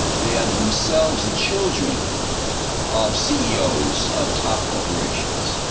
they are themselves the children of ceos of top corporations.